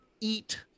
eat